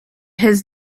his